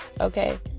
okay